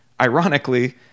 Ironically